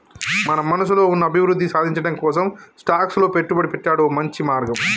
మన మనసులో ఉన్న అభివృద్ధి సాధించటం కోసం స్టాక్స్ లో పెట్టుబడి పెట్టాడు ఓ మంచి మార్గం